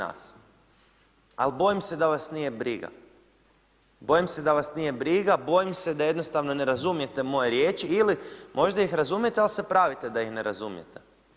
Ali bojim se da vas nije briga, bojim se da vas nije briga, bojim se da jednostavno ne razumijete moje riječi, ili možda ih razumijete, ali se pravite da ih ne razumijete.